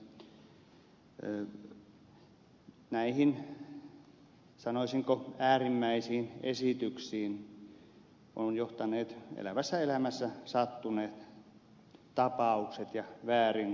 näihin sanoisinko äärimmäisiin esityksiin ovat johtaneet elävässä elämässä sattuneet tapaukset ja väärinkäytökset